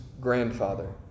grandfather